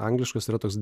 angliškas yra toks